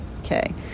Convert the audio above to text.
Okay